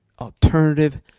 alternative